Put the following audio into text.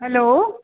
hello